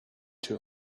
too